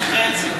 הוא חצי-חצי.